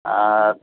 আর